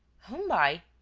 whom by?